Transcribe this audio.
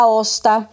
Aosta